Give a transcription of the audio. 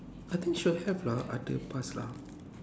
I think should have lah ada bas lah